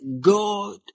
God